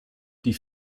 die